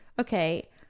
okay